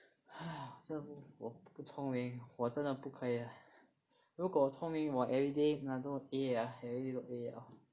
!hais! 我真的不我不聪明我真的不可以 lah 如果我聪明我 everyday 拿都 A ah everything 都 A liao